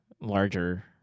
larger